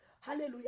Hallelujah